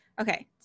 okay